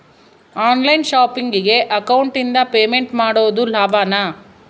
On line ಶಾಪಿಂಗಿಗೆ ಅಕೌಂಟಿಂದ payment ಮಾಡೋದು ಲಾಭಾನ?